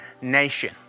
nation